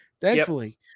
thankfully